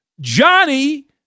Johnny